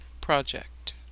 Project